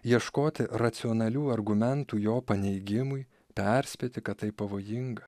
ieškoti racionalių argumentų jo paneigimui perspėti kad tai pavojinga